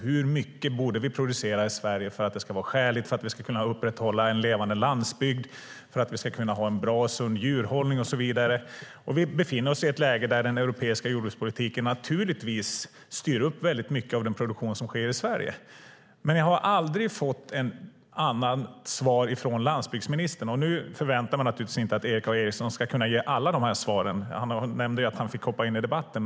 Hur mycket borde vi producera i Sverige för att det ska vara skäligt, för att vi ska kunna upprätthålla en levande landsbygd, för att vi ska kunna ha en bra, sund djurhållning och så vidare? Vi befinner oss i ett läge där den europeiska jordbrukspolitiken styr upp väldigt mycket av den produktion som sker i Sverige. Men jag har aldrig fått något annat svar från landsbygdsministern. Jag förväntar mig naturligtvis inte att Erik A Eriksson ska kunna ge alla svaren, nu när han fick hoppa in i debatten.